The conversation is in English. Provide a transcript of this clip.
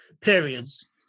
periods